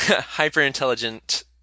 Hyper-intelligent